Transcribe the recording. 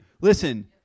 Listen